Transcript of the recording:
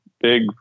big